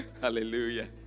Hallelujah